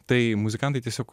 tai muzikantai tiesiog